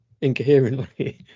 incoherently